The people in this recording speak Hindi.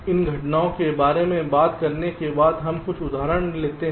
इन घटनाओं के बारे में बात करने के बाद हम कुछ उदाहरण लेते हैं